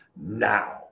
now